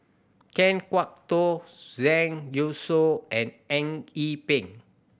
Kan Kwok Toh Zhang Youshuo and Eng Yee Peng